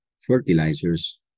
fertilizers